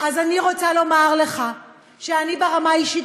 אז אני רוצה לומר לך שאני ברמה האישית,